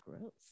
gross